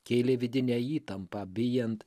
kėlė vidinę įtampą bijant